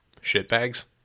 shitbags